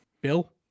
Bill